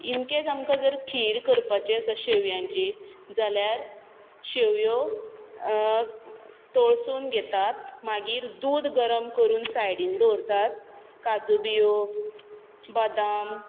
in case आमकां जर खीर करपाची आसा शेवयांची जाल्यार शेवयो तळसून घेतात मागीर दूद गरम करून सायडीन दवरतात काजू बियो बदाम